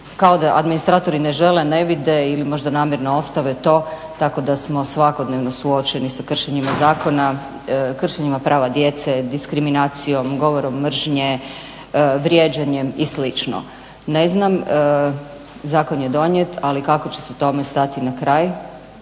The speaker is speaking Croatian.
kao da administratori ne žele, ne vide ili možda namjerno ostave to tako da smo svakodnevno suočeni sa kršenjima zakona, kršenjima prava djece, diskriminacijom, govorom mržnje, vrijeđanjem i slično. Ne znam, zakon je donijet ali kako će se tome stati na kraj,